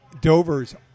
Dover's